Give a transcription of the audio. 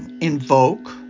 invoke